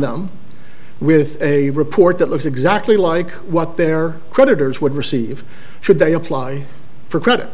them with a report that looks exactly like what their creditors would receive should they apply for credit